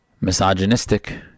misogynistic